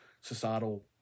societal